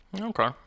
Okay